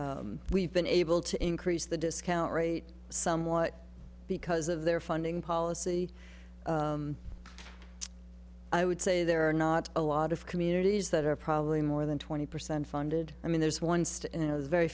but we've been able to increase the discount rate somewhat because of their funding policy i would say there are not a lot of communities that are probably more than twenty percent funded i mean there's one